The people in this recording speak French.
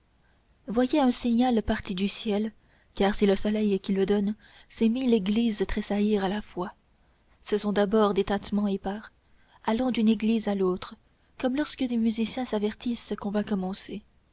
voyez à un signal parti du ciel car c'est le soleil qui le donne ces mille églises tressaillir à la fois ce sont d'abord des tintements épars allant d'une église à l'autre comme lorsque des musiciens s'avertissent qu'on va commencer